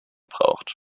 braucht